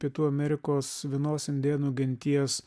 pietų amerikos vienos indėnų genties